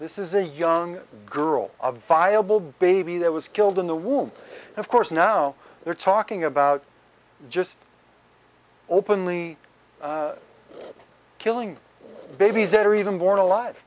this is a young girl of viable baby that was killed in the womb of course now we're talking about just openly killing babies that are even born alive